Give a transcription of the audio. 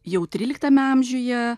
jau tryliktame amžiuje